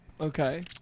Okay